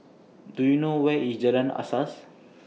Do YOU know Where IS Jalan Asas